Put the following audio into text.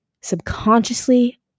subconsciously